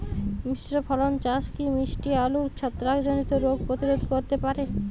মিশ্র ফসল চাষ কি মিষ্টি আলুর ছত্রাকজনিত রোগ প্রতিরোধ করতে পারে?